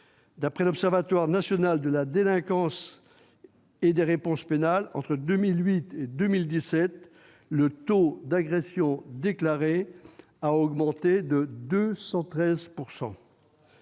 d'après l'Observatoire national de la délinquance et des réponses pénales, entre 2008 et 2017, le taux d'agressions déclarées a augmenté de 213 %.